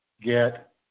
get